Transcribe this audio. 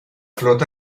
flota